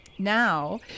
Now